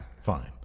fine